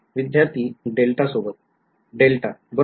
विध्यार्थी delta delta बरोबर